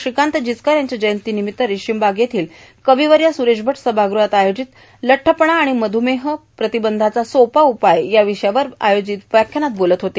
श्रीकांत जिचकार यांच्या जयंतीर्नामत्त रेशीमबाग येथील कर्काववय सुरेश भट सभागृहात आयोजित लठ्ठपणा व मधुमेह प्रांतबंधाचा सोपा उपाय या र्विषयावर आयोजित व्याख्यानात बोलत होते